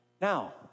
Now